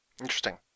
Interesting